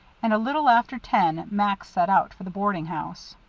and a little after ten max set out for the boarding house.